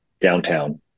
downtown